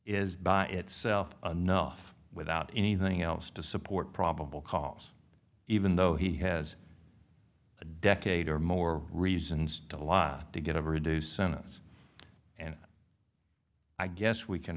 is by itself anough without anything else to support probable cause even though he has a decade or more reasons to lie to get a reduced sentence and i guess we can